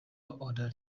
order